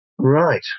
right